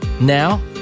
Now